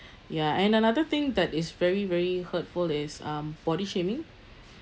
ya and another thing that is very very hurtful is um body shaming